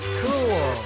cool